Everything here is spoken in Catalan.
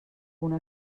una